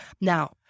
Now